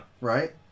Right